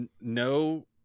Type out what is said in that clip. no